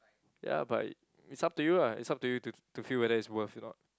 ya but it's up to you lah it's up to you to to feel whether it's worth or not